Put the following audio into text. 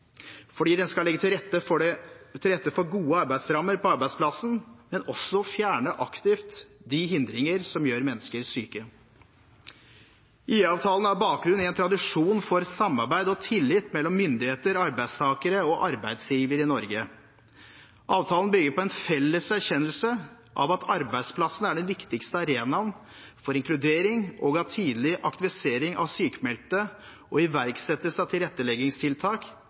fordi den skal legge til rette for gode arbeidsrammer på arbeidsplassen, men også fjerne aktivt de hindringer som gjør mennesker syke. IA-avtalen har bakgrunn i en tradisjon for samarbeid og tillit mellom myndigheter, arbeidstakere og arbeidsgivere i Norge. Avtalen bygger på en felles erkjennelse av at arbeidsplassen er den viktigste arenaen for inkludering, og at tidlig aktivisering av sykmeldte og iverksettelse av tilretteleggingstiltak